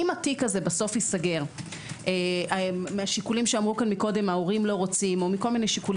אם התיק הזה בסוף ייסגר מהשיקולים שאמרו פה ההורים לא רוצים וכו',